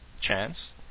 chance